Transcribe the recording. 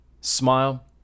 Smile